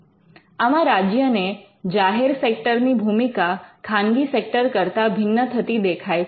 આમાં રાજ્યને જાહેર સેક્ટર ની ભૂમિકા ખાનગી સેક્ટર કરતા ભિન્ન થતી દેખાય છે